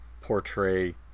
portray